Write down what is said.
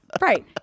Right